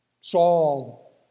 Saul